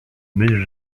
myśl